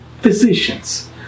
physicians